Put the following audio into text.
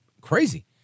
crazy